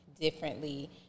differently